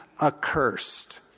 accursed